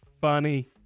funny